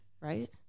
Right